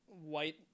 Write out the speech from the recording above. white